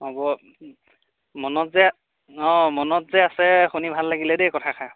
হ'ব মনত যে অঁ মনত যে আছে শুনি ভাল লাগিলে দেই কথাষাৰ